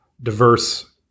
diverse